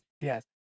Yes